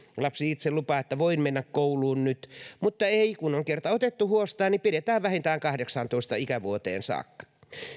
lapsi itse lupaa että voin mennä kouluun nyt niin ei kun on kerta otettu huostaan niin siellä pidetään vähintään kahdeksaantoista ikävuoteen saakka